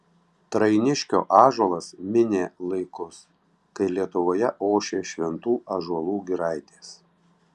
trainiškio ąžuolas minė laikus kai lietuvoje ošė šventų ąžuolų giraitės